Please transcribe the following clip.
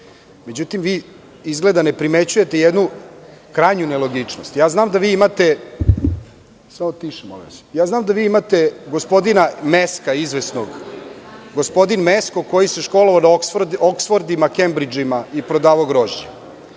Međutim, vi izgleda ne primećujete jednu krajnju nelogičnost. Znam da vi imate izvesnog gospodina Meska. Gospodin Mesko koji se školovao na „oksfordima“, „kembridžima“ i prodavao grožđe.